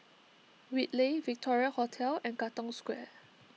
Whitley Victoria Hotel and Katong Square